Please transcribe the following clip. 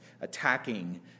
attacking